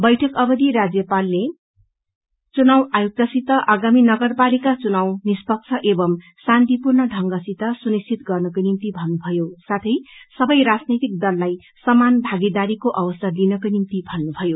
बैठक अवधि राज्यपालले चुनाव आयुक्तसित आगामी नगरपालगिक चुनाव निष्पक्ष एवम् शान्तिपूर्ण ढ़ंगसित सुनिश्चित गर्नको निम्ति भन्नुमयो साथै सबै राजनैतिक दललाई समान भागीदारीको अवसर दिनको निम्ति भन्नुभयो